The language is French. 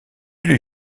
lui